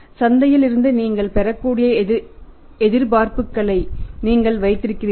சந்தையில் இருந்து நீங்கள் பெறக்கூடிய எதிர்பார்ப்புகளை நீங்கள் வைத்திருக்கிறீர்கள்